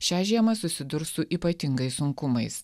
šią žiemą susidurs su ypatingais sunkumais